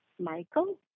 Michael